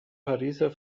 pariser